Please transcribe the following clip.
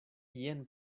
jen